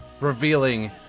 revealing